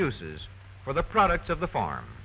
uses for the products of the farm